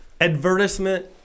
Advertisement